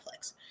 Netflix